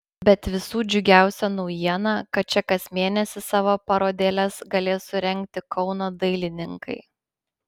bet visų džiugiausia naujiena kad čia kas mėnesį savo parodėles galės surengti kauno dailininkai